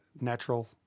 natural